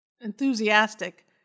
enthusiastic